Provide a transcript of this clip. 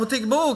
אבל תקבעו.